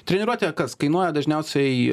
treniruotė kas kainuoja dažniausiai